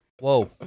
Whoa